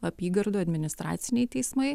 apygardų administraciniai teismai